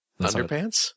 Underpants